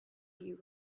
you